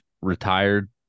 retired